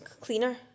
cleaner